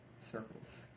circles